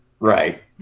Right